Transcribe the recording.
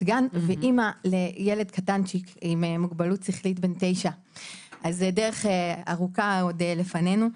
גן ואמא לילד קטנצ'יק עם מוגבלות שכלית בן 9. דרך ארוכה לפנינו.